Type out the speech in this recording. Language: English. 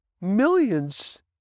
millions